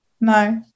No